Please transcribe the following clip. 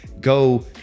go